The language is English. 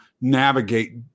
navigate